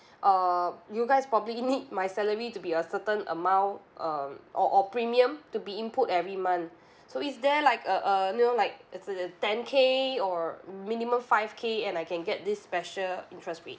uh you guys probably need my salary to be a certain amount um or or premium to be input every month so is there like a a you know like the ten K or minimum five K and I can get this special interest rate